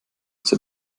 zur